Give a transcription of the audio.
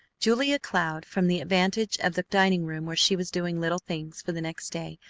julia cloud, from the advantage of the dining-room where she was doing little things, for the next day,